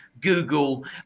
Google